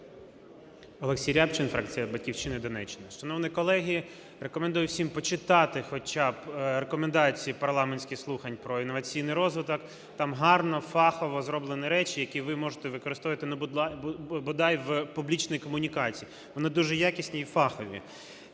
Олексій Рябчин, фракція "Батьківщина", Донеччина. Шановні колеги, рекомендую всім почитати хоча б Рекомендації парламентських слухань про інноваційний розвиток. Там гарно, фахово зроблені речі, які ви можете використовувати ну бодай в публічній комунікації. Вони дуже якісні і фахові.